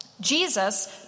Jesus